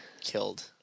killed